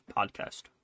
Podcast